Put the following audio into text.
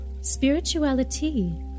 Spirituality